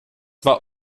war